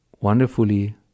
Wonderfully